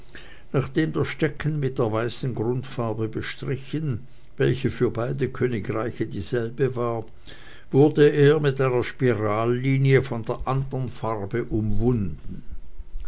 nachdem der stecken mit der weißen grundfarbe bestrichen welche für beide königreiche dieselbe war wurde er mit einer spirallinie von der anderen farbe umwunden